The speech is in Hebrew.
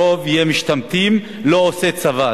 הרוב יהיה משתמטים, לא עושי צבא.